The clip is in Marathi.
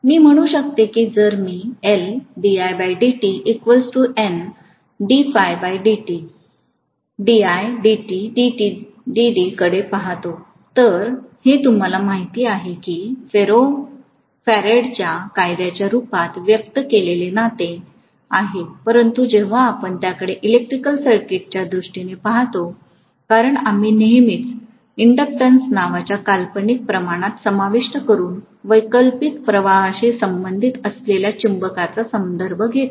मी म्हणू शकतो की जर मी Di Dt D D कडे पाहतो तर हे तुम्हाला माहित आहे की फॅराडेच्या कायद्याच्या रूपात व्यक्त केलेले नाते आहे परंतु जेव्हा आपण त्याकडे इलेक्ट्रिकल सर्किटच्या दृष्टीने पाहतो कारण आम्ही नेहमीच इंडक्टन्स नावाच्या काल्पनिक प्रमाणात समाविष्ट करून वैकल्पिक प्रवाहाशी संबंधित असलेल्या चुंबकाचा संदर्भ घेतो